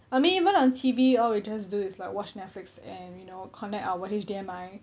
I mean even on T_V all we just do is like watch Netflix and you know connect our H_D_M_I